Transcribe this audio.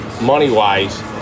money-wise